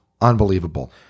Unbelievable